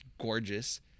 Gorgeous